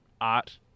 art